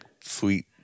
sweet